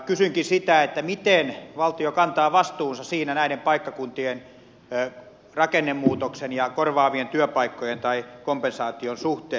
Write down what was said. kysynkin sitä miten valtio kantaa vastuunsa näiden paikkakuntien rakennemuutoksen ja korvaavien työpaikkojen tai kompensaation suhteen